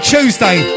Tuesday